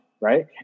Right